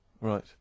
Right